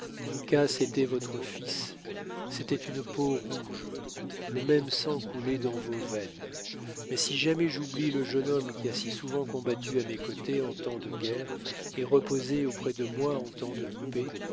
était votre fils c'était une peau-rouge le même sang coulait dans vos veines mais si jamais j'oublie le jeune homme qui a si souvent combattu à mes côtés en temps de guerre et reposé auprès de moi en temps de paix